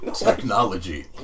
Technology